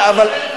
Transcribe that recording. להוזיל,